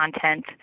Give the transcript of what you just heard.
content